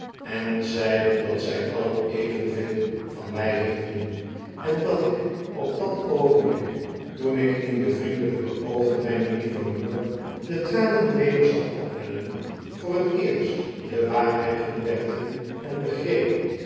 en zeiden r dat zij alien evenveel van mij hielden en dat ik op dut oogenblik toen ik in de vriendelijke oogen mijner lieve moeder de tranen weder zag opwellen voor het eerst de waarheid ontdekte en begreep